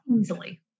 Easily